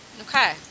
Okay